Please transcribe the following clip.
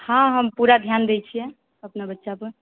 हँ हम पूरा ध्यान दै छियै अपना बच्चापर